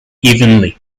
evenly